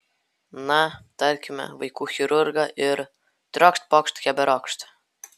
na tarkime vaikų chirurgą ir triokšt pokšt keberiokšt